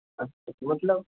अच्छा मतलब